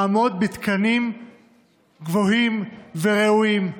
לעמוד בתקנים גבוהים וראויים,